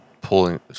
pulling